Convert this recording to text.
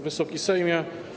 Wysoki Sejmie!